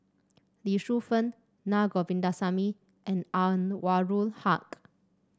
Lee Shu Fen Na Govindasamy and Anwarul Haque